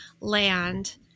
land